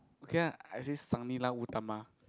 okay ah I say Sang Nila Utama